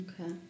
Okay